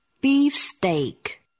beefsteak